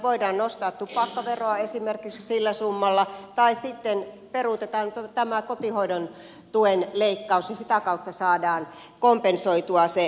voidaan nostaa tupakkaveroa esimerkiksi sillä summalla tai sitten peruutetaan tämä kotihoidon tuen leikkaus ja sitä kautta saadaan kompensoitua se